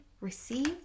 receive